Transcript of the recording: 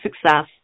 success